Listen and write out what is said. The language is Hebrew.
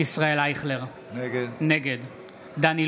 ישראל אייכלר, נגד דן אילוז,